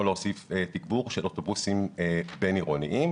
להוסיף תגבור של אוטובוסים בין עירוניים